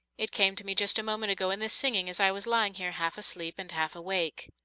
it came to me just a moment ago in the singing as i was lying here half asleep and half awake.